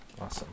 Awesome